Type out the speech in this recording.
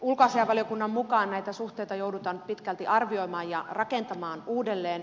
ulkoasiainvaliokunnan mukaan näitä suhteita joudutaan nyt pitkälti arvioimaan ja rakentamaan uudelleen